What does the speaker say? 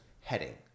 heading